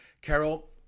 Carol